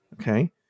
okay